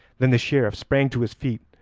then the sheriff sprang to his feet,